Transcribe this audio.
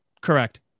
Correct